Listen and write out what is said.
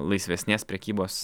laisvesnės prekybos